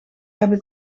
hebben